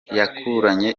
yakuranye